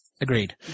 Agreed